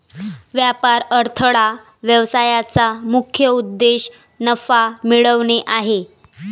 व्यापार अडथळा व्यवसायाचा मुख्य उद्देश नफा मिळवणे आहे